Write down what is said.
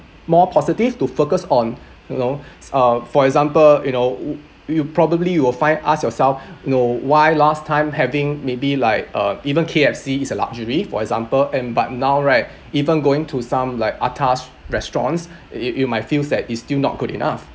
more positive to focus on you know uh for example you know y~ you probably you will find ask yourself you know why last time having maybe like uh even K_F_C is a luxury for example and but now right even going to some like atas restaurants uh you might feels that it's still not good enough